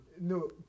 No